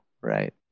Right